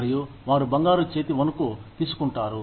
మరియు వారు బంగారు చేతి వణుకు తీసుకుంటారు